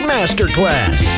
Masterclass